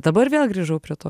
dabar vėl grįžau prie to